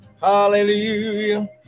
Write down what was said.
Hallelujah